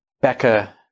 Becca